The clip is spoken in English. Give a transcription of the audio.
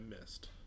missed